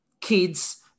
kids